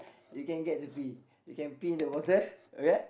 you can get to pee you can pee in the bottle